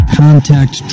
contact